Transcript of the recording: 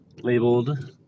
labeled